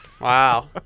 Wow